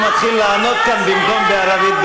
והוא מתחיל לענות כאן במקום בערבית,